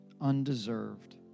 undeserved